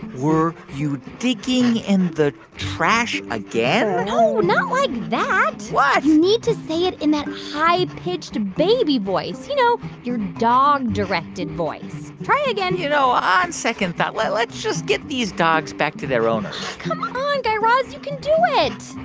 were you digging in the trash again? no, not like that what? you need to say it in that high-pitched, baby voice you know, your dog-directed voice. try again you know, on second thought, let's just get these dogs back to their owners come on, guy raz, you can do it.